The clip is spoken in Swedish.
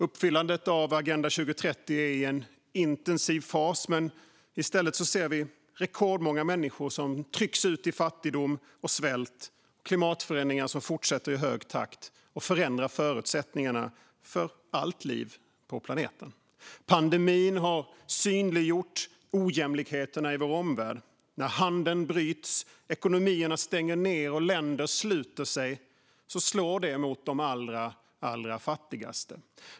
Uppfyllandet av Agenda 2030 är i en intensiv fas, men i stället ser vi rekordmånga människor som trycks ut i fattigdom och svält samt klimatförändringar som fortsätter i hög takt och förändrar förutsättningarna för allt liv på planeten. Pandemin har synliggjort ojämlikheterna i vår omvärld. När handeln bryts, ekonomierna stänger ned och länder sluter sig slår det mot de allra fattigaste.